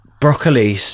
broccoli